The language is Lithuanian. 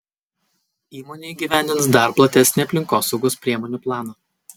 įmonė įgyvendins dar platesnį aplinkosaugos priemonių planą